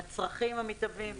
לצרכים המתהווים.